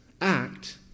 act